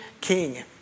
king